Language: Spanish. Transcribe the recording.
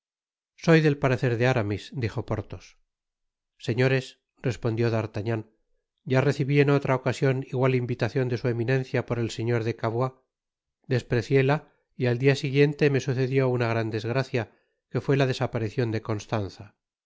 soy del parecer de aramis dijo porthos señores respondió d'artagnan ya recibi en otra ocasion igual invitacion de su eminencia por el señor de cavois desprecióla y al dia siguiente me sucedió una gran desgracia que fué la desaparicion de constanza